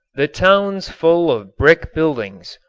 the towns full of brick buildings,